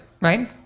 Right